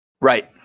Right